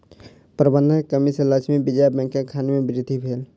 प्रबंधन के कमी सॅ लक्ष्मी विजया बैंकक हानि में वृद्धि भेल